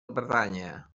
bretanya